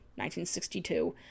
1962